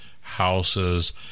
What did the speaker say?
houses